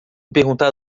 perguntar